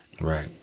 Right